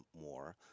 more